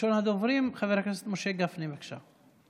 ראשון הדוברים, חבר הכנסת משה גפני, בבקשה.